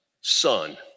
son